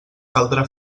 caldrà